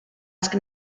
basket